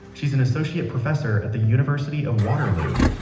she's an associate professor at the university of waterloo.